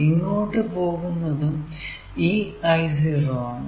ഇങ്ങോട്ടു പോകുന്നതും ഈ I0 ആണ്